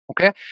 Okay